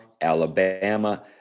Alabama